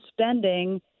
spending –